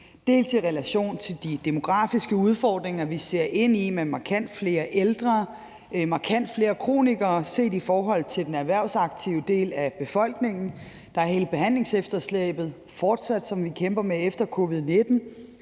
dels i relation til de demografiske udfordringer, vi ser ind i, med markant flere ældre og markant flere kronikere set i forhold til den erhvervsaktive del af befolkningen, dels i relation til hele behandlingsefterslæbet, som vi fortsat kæmper med efter covid-19,